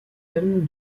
comme